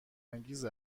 انگیز